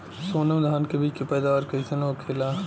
सोनम धान के बिज के पैदावार कइसन होखेला?